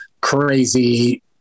crazy